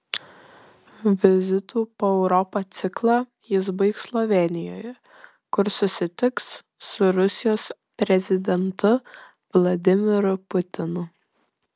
vizitų po europą ciklą jis baigs slovėnijoje kur susitiks su rusijos prezidentu vladimiru putinu